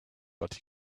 but